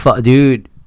dude